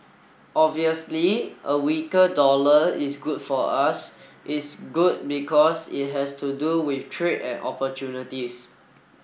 obviously a weaker dollar is good for us it's good because it has to do with trade and opportunities